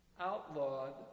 outlawed